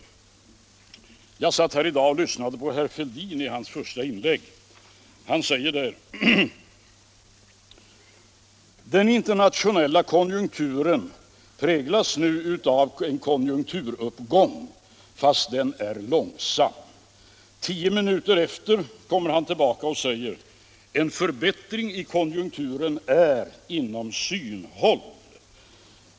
Men jag satt här i dag och lyssnade på herr Fälldins första inlägg. Han sade där att den internationella konjunkturen nu präglas av en konjunkturuppgång fastän den är långsam. Tio minuter senare kom han tillbaka och sade att en förbättring i konjunkturen är inom synhåll.